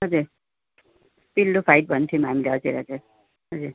हजुर pillow fight भन्थ्यौँ हामीले हजुर हजुर हजुर